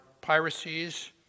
piracies